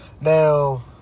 Now